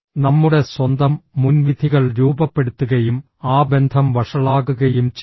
നമ്മുടെ സ്വന്തം മുൻവിധികൾ രൂപപ്പെടുത്തുകയും ആ ബന്ധം വഷളാകുകയും ചെയ്യുക